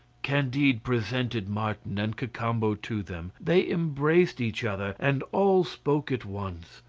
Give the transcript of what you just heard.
candide presented martin and cacambo to them they embraced each other, and all spoke at once.